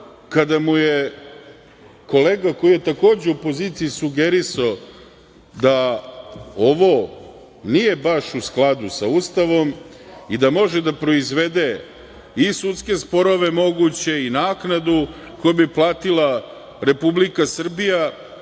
kada mu je kolega koji je takođe u opoziciji sugerisao da ovo nije baš u skladu sa Ustavom i da može da proizvede i sudske sporove moguće i naknadu koju bi platila Republika Srbija,